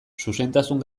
zuzentasun